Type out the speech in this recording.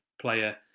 player